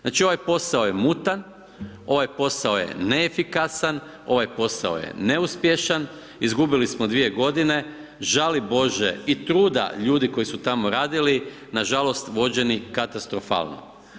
Znači ovaj posao je mutan, ovaj posao je neefikasan, ovaj posao je neuspješan, izgubili smo dvije godine, žali Bože i truda ljudi koji su tamo radili, nažalost vođeni katastrofalno.